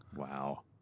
wow,